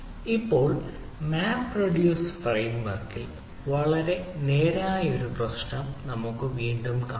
ഇപ്പോൾ map reduce ഫ്രെയിംവർക്ൽ വളരെ നേരായ ഒരു പ്രശ്നം നമുക്ക് വീണ്ടും കാണാം